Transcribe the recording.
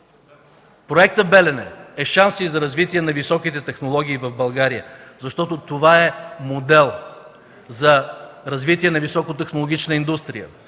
Проектът „Белене” е шанс за развитие на високите технологии в България, защото това е модел за развитие на високотехнологична индустрия,